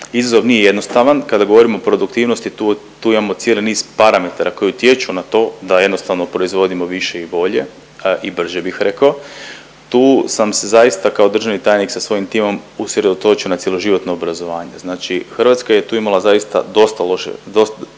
Izazov nije jednostavan, kada govorimo o produktivnosti tu imamo cijeli niz parametara koji utječu na to da jednostavno proizvodimo više i bolje i brže bih rekao. Tu sam se zaista kao državni tajnik sa svojim timom usredotočio na cjeloživotno obrazovanje. Znači Hrvatska je tu imala zaista dosta loše, dosta